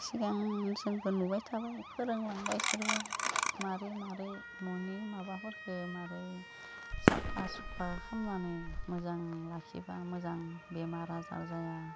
सिगां जोंबो नुबाय थाबाय फोरोंलांबाय इसोरबो मारै मारै ननि माबाफोरखो मारै साफा सुफा खालामनानै मोजां लाखिबा मोजां बेमार आजार जाया